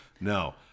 No